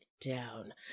down